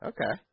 Okay